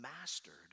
mastered